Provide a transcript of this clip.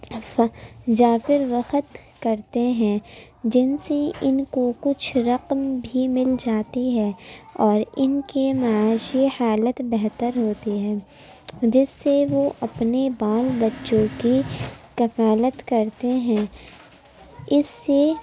جا کر وفت کرتے ہیں جن سے اِن کو کچھ رقم بھی مل جاتی ہے اور اِن کے معاشی حالت بہتر ہوتی ہے جس سے وہ اپنے بال بچوں کی کفالت کرتے ہیں اِس سے